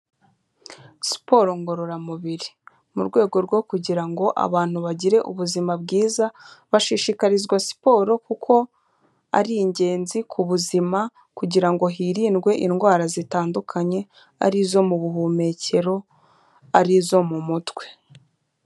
Siporo ngororamubiri. Mu rwego rwo kugira ngo abantu bagire ubuzima bwiza, bashishikarizwa siporo kuko ari ingenzi ku buzima kugira ngo hirindwe indwara zitandukanye, ari izo mu buhumekero, ari izo mu mutwe.